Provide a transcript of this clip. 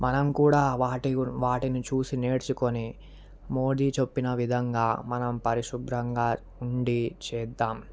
మనం కూడా వాటిని చూసి నేర్చుకుని మోడీ చెప్పిన విధంగా మనం పరిశుభ్రంగా ఉండి చేద్దాం